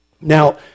Now